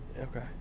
okay